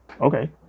okay